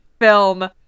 film